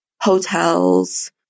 hotels